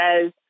says